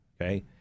okay